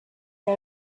del